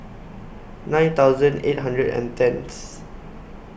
nine thousand eight hundred and tenth